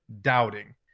doubting